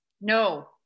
No